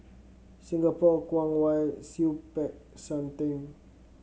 Singapore Kwong Wai Siew Peck San Theng